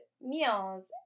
meals